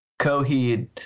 Coheed